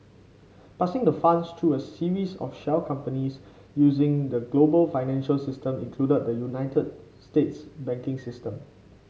passing the funds through a series of shell companies using the global financial system including the United States banking system